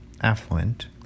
affluent